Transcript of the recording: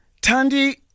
Tandy